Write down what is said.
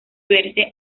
verse